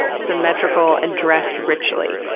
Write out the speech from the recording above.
symmetrical, and dressed richly,